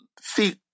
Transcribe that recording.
see